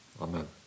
Amen